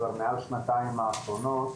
כבר מעל שנתיים האחרונות,